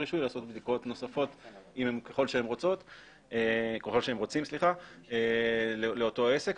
הרישוי לעשות בדיקות נוספות ככל שהם רוצים לאותו עסק,